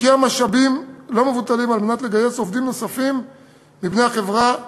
משקיעה משאבים לא מבוטלים כדי לגייס עובדים נוספים מבני החברה הערבית,